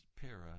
para